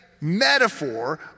metaphor